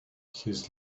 his